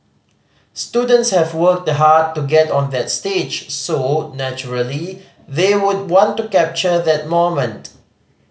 students have worked hard to get on that stage so naturally they would want to capture that moment